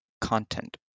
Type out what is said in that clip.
content